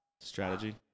strategy